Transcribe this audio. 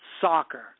soccer